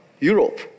Europe